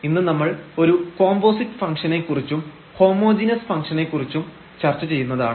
ഇന്ന് നമ്മൾ ഒരു കോമ്പോസിറ്റ് ഫംഗ്ഷനെ കുറിച്ചും ഹോമോജീനസ് ഫംഗ്ഷനെ കുറിച്ചും ചർച്ച ചെയ്യുന്നതാണ്